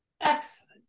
Excellent